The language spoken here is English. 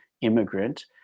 immigrant